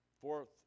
Fourth